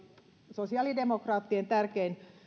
sosiaalidemokraattien tärkein